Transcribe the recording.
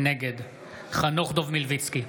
נגד חנוך דב מלביצקי,